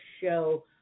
show